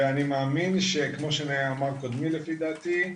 ואני מאמין שכמו שאמר קודמי לפי דעתי,